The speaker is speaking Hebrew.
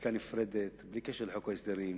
בחקיקה נפרדת, בלי קשר לחוק ההסדרים.